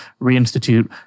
reinstitute